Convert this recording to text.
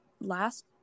last